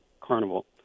Carnival